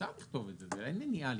אפשר לכתוב את זה, אין לי עניין שלא.